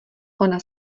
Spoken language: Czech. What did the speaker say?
ona